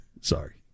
Sorry